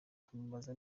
tumubaza